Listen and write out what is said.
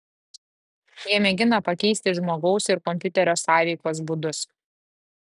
jie mėgina pakeisti žmogaus ir kompiuterio sąveikos būdus